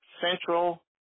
Central